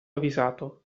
avvisato